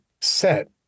set